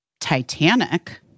Titanic